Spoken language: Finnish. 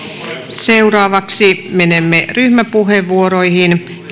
seuraavaksi menemme ryhmäpuheenvuoroihin